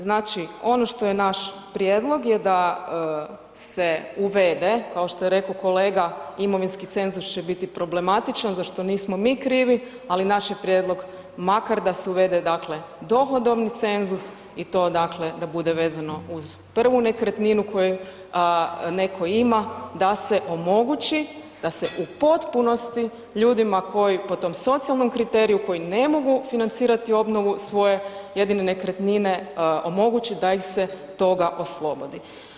Znači ono to je naš prijedlog je da se uvede, kao što je rekao kolega imovinski cenzus će biti problematičan za što nismo mi krivi, ali naš je prijedlog makar da se uvede dohodovni cenzus i to da bude vezano uz prvu nekretninu koju neko ima da se omogući, da se u potpunosti ljudima koji po tom socijalnom kriteriju koji ne mogu financirati obnovu svoje jedine nekretnine omogući da ih se toga oslobodi.